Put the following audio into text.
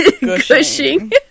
Gushing